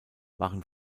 waren